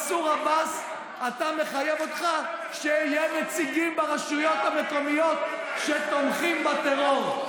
מנסור עבאס מחייב אותך שיהיו נציגים ברשויות המקומיות שתומכים בטרור,